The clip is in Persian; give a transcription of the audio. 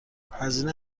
هزینه